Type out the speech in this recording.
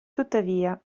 tuttavia